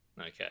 Okay